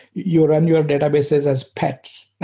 you run your databases as pets,